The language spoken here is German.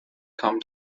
kam